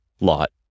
lot